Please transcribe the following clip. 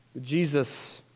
Jesus